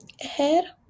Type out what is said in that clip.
ahead